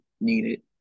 needed